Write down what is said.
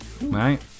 right